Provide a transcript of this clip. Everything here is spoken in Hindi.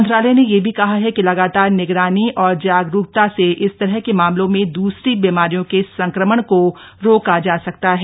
मंत्रालय ने यह भी कहा है कि लगातार निगरानी और जागरूकता से इस तरह के मामलों में दुसरी बीमारियों के संक्रमण को रोका जा सकता है